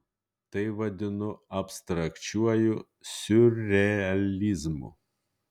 tai vadinu abstrakčiuoju siurrealizmu